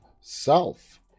self